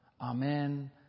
Amen